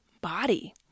body